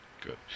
good